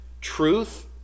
truth